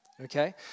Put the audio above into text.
Okay